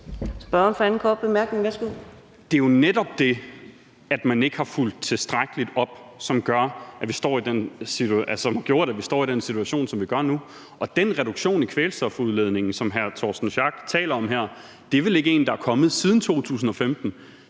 Det er jo netop det, at man ikke har fulgt tilstrækkelig op, som gør, at vi står i den situation, som vi gør nu, og den reduktion i kvælstofudledningen, som hr. Torsten Schack Pedersen taler om her, er vel ikke en, der er kommet siden 2015?